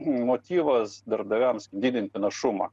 motyvas darbdaviams didinti našumą